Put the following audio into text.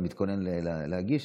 אני מתכונן להגיש,